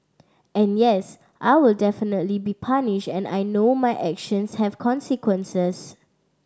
and yes I will definitely be punished and I know my actions have consequences